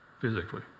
physically